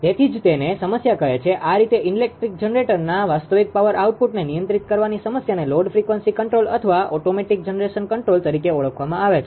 તેથી જ તેને સમસ્યા કહે છે આ રીતે ઇલેક્ટ્રિક જનરેટર્સના વાસ્તવિક પાવર આઉટપુટને નિયંત્રિત કરવાની સમસ્યાને લોડ ફ્રીક્વન્સી કંટ્રોલ અથવા ઓટોમેટીક જનરેશન કંટ્રોલ તરીકે ઓળખવામાં આવે છે